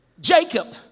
Jacob